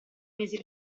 mesi